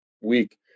week